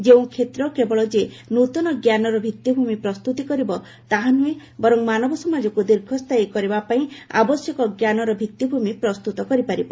ଯେଉଁ କ୍ଷେତ୍ର କେବଳ ଯେ ନୃତନ ଜ୍ଞାନର ଭିତ୍ତିଭୂମି ପ୍ରସ୍ତତି କରିବ ତାହା ନୃହେଁ ବରଂ ମାନବ ସମାଜକ୍ତ ଦୀର୍ଘସ୍ଥାୟୀ କରିବା ପାଇଁ ଆବଶ୍ୟକ ଜ୍ଞାନର ଭିଭିଭୂମି ପ୍ରସ୍ତୁତ କରିପାରିବ